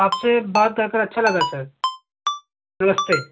आपसे बात कर कर अच्छा लगा सर नमस्ते